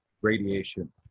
radiation